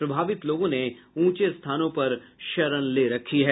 प्रभावित लोगों ने ऊंचे स्थानों पर शरण ले रखी है